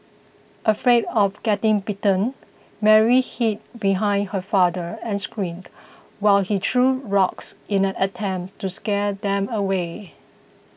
afraid of getting bitten Mary hid behind her father and screamed while he threw rocks in an attempt to scare them away